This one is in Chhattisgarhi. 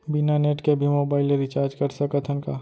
बिना नेट के भी मोबाइल ले रिचार्ज कर सकत हन का?